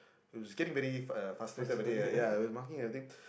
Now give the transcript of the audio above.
he was getting very uh frustrated very uh ya he was marking the thing